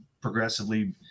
progressively